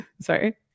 Sorry